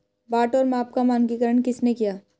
बाट और माप का मानकीकरण किसने किया?